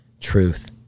Truth